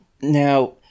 Now